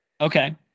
Okay